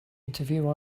interview